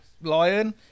lion